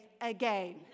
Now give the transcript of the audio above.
again